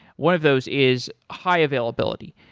one of those is high availability.